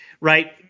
right